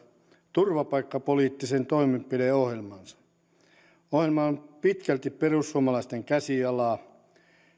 turvapaikkapoliittisen toimenpideohjelmansa ohjelma on pitkälti perussuomalaisten käsialaa